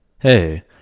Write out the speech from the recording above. Hey